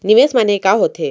निवेश माने का होथे?